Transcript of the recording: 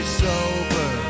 sober